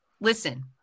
listen